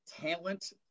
talent